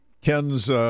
Ken's